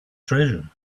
treasure